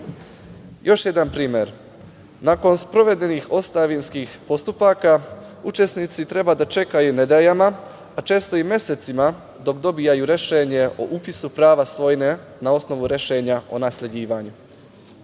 jedan primer, nakon sprovedenih ostavinskih postupaka učesnici treba da čekaju nedeljama, a često i mesecima dok dobiju rešenje o upisu prava svojine na osnovu rešenja o nasleđivanju. Ovi